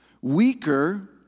Weaker